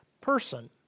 person